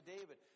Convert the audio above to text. David